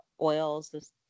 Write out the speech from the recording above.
oils